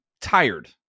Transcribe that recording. tired